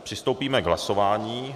Přistoupíme k hlasování.